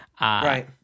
Right